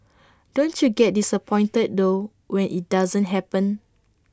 don't you get disappointed though when IT doesn't happen